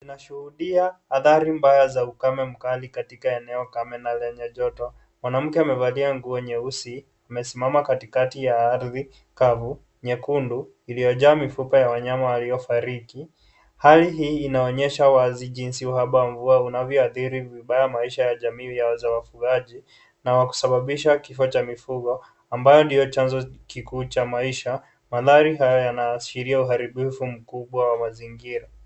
Nashuhudia adhari mbaya ya ukame kali katika eneo kame na lenya lenye joto, mwanamke amevalia nguo nyeusi amesimama katikati ya ardhi kavu nyekundu iliyojaa mifupa ya wanyama waliofariki hali hii inaonyesha wazi jindi uhaba wa mvua inavyoadhiri vibaya maisha ya jamii ya wafugaji na kusababisha kifo cha mifugo ambayo ndiyo chanzo kikuu cha maisha ya wafugaji mandhari hii inaashiria uaribifu kubwa wa maisha .